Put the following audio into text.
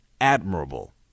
admirable